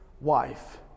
wife